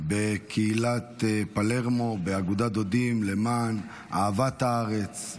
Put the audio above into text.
בקהילת פלרמו באגודת דודים למען אהבת הארץ,